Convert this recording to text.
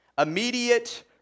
Immediate